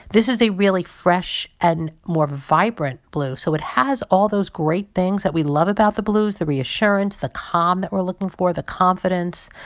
this is a really fresh and more vibrant blue. so it has all those great things that we love about the blues the reassurance, the calm that we're looking for, the confidence,